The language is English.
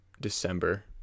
December